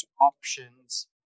options